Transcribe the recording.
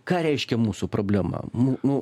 ką reiškia mūsų problema nu nu